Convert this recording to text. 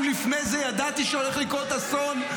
לפני זה ידעתי שהולך לקרות אסון,